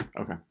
Okay